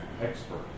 expert